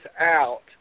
out